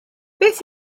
beth